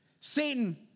Satan